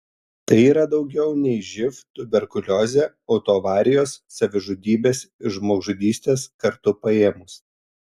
tai yra daugiau nei živ tuberkuliozė autoavarijos savižudybės ir žmogžudystės kartu paėmus